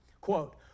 Quote